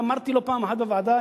ואמרתי לו פעם אחת בוועדה,